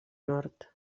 nord